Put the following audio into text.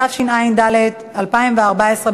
התשע"ד 2014,